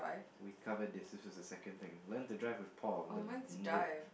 we covered this this is a second thing learn to drive with Paul the rate